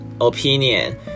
opinion